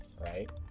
right